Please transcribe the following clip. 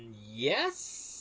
Yes